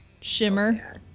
Shimmer